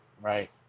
Right